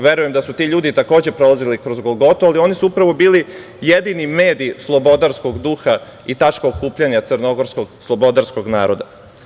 Verujem da su ti ljudi takođe prolazili kroz golgotu, ali oni su upravo bili jedini mediji slobodarskog duha i tačka okupljanja crnogorsko slobodarskog naroda.